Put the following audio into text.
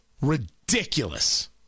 ridiculous